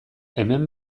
hemen